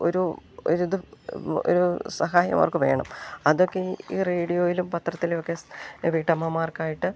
ഒരു ഒരിത് ഒരു സഹായമവർക്ക് വേണം അതൊക്കെ ഈ റേഡിയോയിലും പത്രത്തിലും ഒക്കെ വീട്ടമ്മമാർക്കായിട്ട്